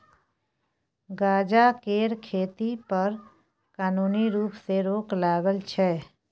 गांजा केर खेती पर कानुनी रुप सँ रोक लागल छै